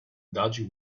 dodgy